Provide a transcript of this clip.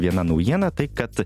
viena naujiena tai kad